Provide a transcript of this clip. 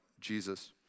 Jesus